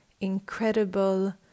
incredible